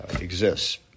exists